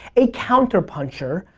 a counter puncher,